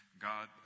God